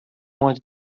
wanted